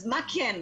אז מה כן?